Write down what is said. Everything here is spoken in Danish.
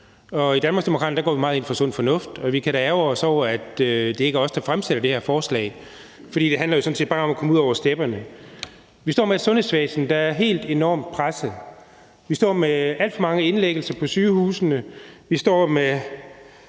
I Danmarksdemokraterne går vi meget ind for sund fornuft, og vi kan da ærgre os over, at det ikke er os, der fremsætter det her forslag, for det handler jo sådan set bare om at komme ud over stepperne. Vi står med et sundhedsvæsen, der er helt enormt presset. Vi står med alt for mange indlæggelser på sygehusene. Vi står og